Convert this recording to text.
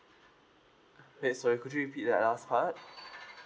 uh wait sorry could you repeat that last part